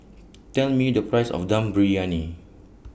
Tell Me The Price of Dum Briyani